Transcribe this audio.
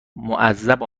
معذب